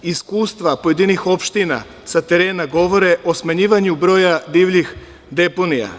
Iskustva pojedinih opština sa terena govore o smanjivanju broja divljih deponija.